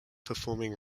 performing